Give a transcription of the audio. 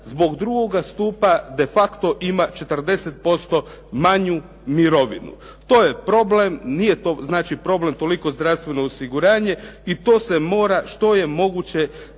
zbog drugoga stupa de facto ima 40% manju mirovinu. To je problem. Nije to znači problem zdravstveno osiguranje i to se mora što je moguće